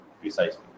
precisely